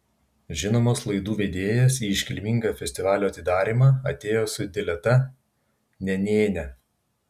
žinomas laidų vedėjas į iškilmingą festivalio atidarymą atėjo su dileta nenėne